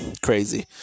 crazy